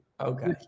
Okay